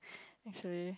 actually